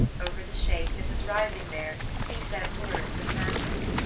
over the shape that was rising there he said words of magic.